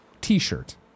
t-shirt